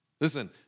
Listen